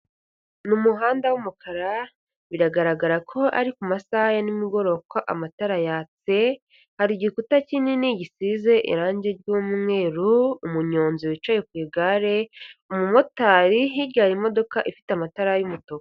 Mu muhanda w'umukara biragaragara ko ari ku masaha ya nimugoroba kuko amatara yatse, hari igikuta kinini gisize irange ry'umweru, umunyonzi wicaye ku igare, umumotari, hirya hari imodoka ifite amatara y'umutuku.